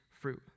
fruit